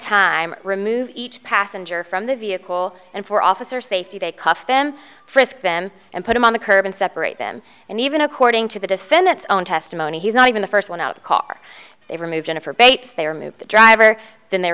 time remove each passenger from the vehicle and for officer safety they cuffed him frisk them and put him on the curb and separate them and even according to the defendant's own testimony he's not even the first one out of the car they remove jennifer bates they are moved the driver then they